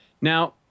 Now